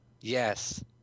yes